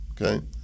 Okay